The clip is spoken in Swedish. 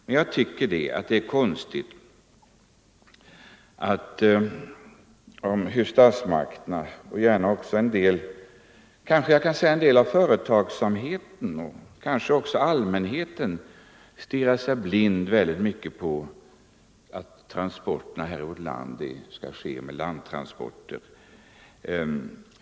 Men jag tycker att det är konstigt hur statsmakterna och kanske en del av företagsamheten — kanske även allmänheten — i mycket stor utsträckning stirrar sig blinda på att transporterna här i Sverige skall ske på land.